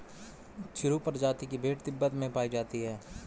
चिरु प्रजाति की भेड़ तिब्बत में पायी जाती है